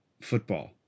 football